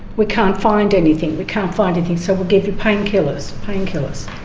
we can't find anything, we can't find anything, so we'll give you painkillers, painkillers.